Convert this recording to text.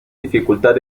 dificultad